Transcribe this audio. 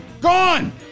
Gone